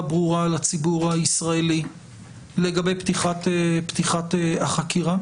ברורה לציבור הישראלי לגבי פתיחת החקירה?